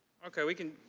okay, we can